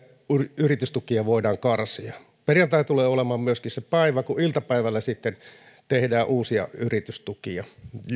yritystukia voidaan karsia perjantai tulee olemaan myöskin se päivä kun iltapäivällä sitten tehdään uusia yritystukia